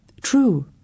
True